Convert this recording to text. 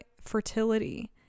fertility